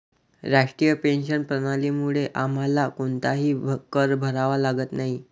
राष्ट्रीय पेन्शन प्रणालीमुळे आम्हाला कोणताही कर भरावा लागत नाही